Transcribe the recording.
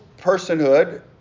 personhood